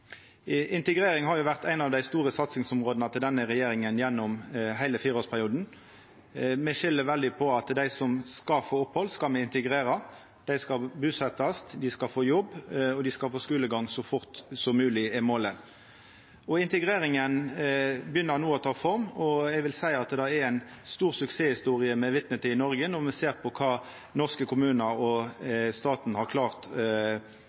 Integrering har jo vore eit av dei store satsingsområda til denne regjeringa gjennom heile fireårsperioden. Me skil veldig: Dei som skal få opphald, skal me integrera. Dei skal busetjast, dei skal få jobb, og dei skal få skulegang så fort som mogleg – det er målet. Integreringa begynner no å ta form, og eg vil seia at det er ei stor suksesshistorie me er vitne til i Noreg, når me ser kva dei norske kommunane og staten har klart